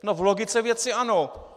No v logice věci ano.